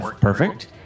Perfect